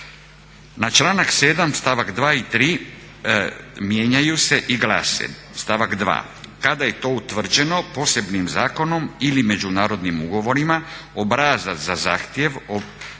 Na članak 7. stavak 2. i 3. mijenjaju se i glase: "Stavak 2. Kada je to utvrđeno posebnim zakonom ili međunarodnim ugovorima obrazac za zahtjev, obrazac